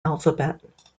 alphabet